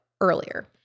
earlier